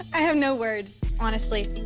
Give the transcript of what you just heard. i have no words, honestly.